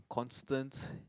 constant